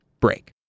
break